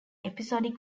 episodic